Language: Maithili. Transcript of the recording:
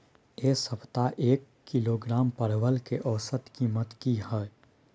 ऐ सप्ताह एक किलोग्राम परवल के औसत कीमत कि हय?